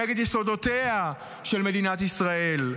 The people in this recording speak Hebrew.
נגד יסודותיה של מדינת ישראל.